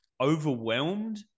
overwhelmed